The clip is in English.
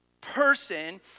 person